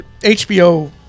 HBO